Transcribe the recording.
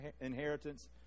inheritance